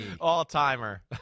All-timer